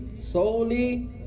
Solely